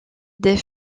des